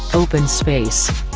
open space.